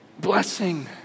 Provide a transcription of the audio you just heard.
blessing